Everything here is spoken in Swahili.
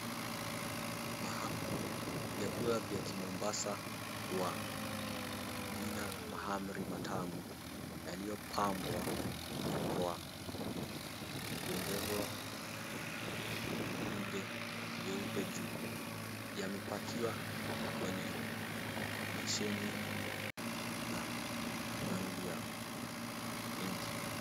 Vyakula vya kimombasa kwa jina mahamri matamu yaliyopambwa kwa kuongeza vidude vyeupe juu. Yamepakiwa kwenye beseni la rangi ya pinki.